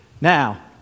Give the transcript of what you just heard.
Now